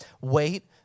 wait